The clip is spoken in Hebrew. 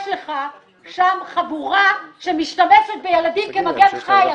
יש לך שם חבורה שמשתמשת בילדים כמגן חי,